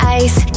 ice